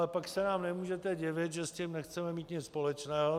A pak se nám nemůžete divit, že s tím nechceme mít nic společného.